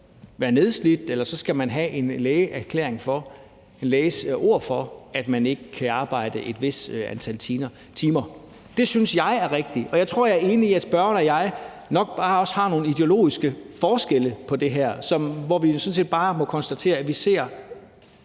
være nedslidt, eller så skal man have en lægeerklæring om – en læges ord for – at man ikke kan arbejde et vist antal timer. Det synes jeg er rigtigt, og jeg tror, jeg er enig i, at spørgeren og jeg nok bare også har nogle ideologiske forskelle på det her område, hvor vi jo sådan set bare må konstatere, at vi